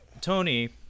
Tony